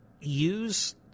use